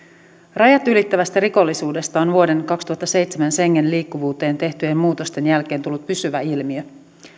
rajat ylittävästä rikollisuudesta on vuoden kaksituhattaseitsemän schengen liikkuvuuteen tehtyjen muutosten jälkeen tullut pysyvä ilmiö